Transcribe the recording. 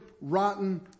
rotten